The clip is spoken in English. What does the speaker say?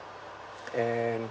and